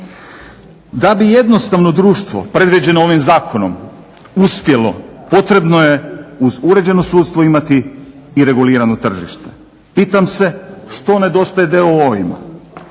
Da bi jednostavno društvo predviđeno ovim zakonom uspjelo potrebno je uz uređeno sudstvo imati i regulirano tržište. Pitam se što nedostaje d.o.o.-ima?